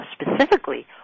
specifically